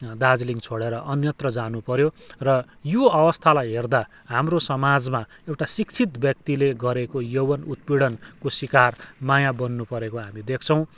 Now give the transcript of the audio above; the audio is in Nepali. दार्जिलिङ छोडेर अन्यत्र जानुपऱ्यो र यो अवस्थालाई हेर्दा हाम्रो समाजमा एउटा शिक्षित व्यक्तिले गरेको यौवन उत्पीडनको सिकार माया बन्नुपरेको हामी देख्छौँ